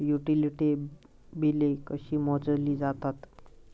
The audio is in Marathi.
युटिलिटी बिले कशी मोजली जातात?